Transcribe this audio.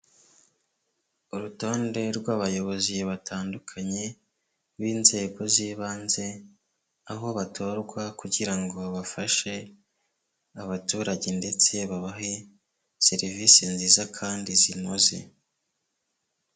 Urutonde rw'abayobozi batandukanye b'inzego z'ibanze, aho batorwa kugira ngo bafashe abaturage ndetse babahe serivisi nziza kandi zinoze.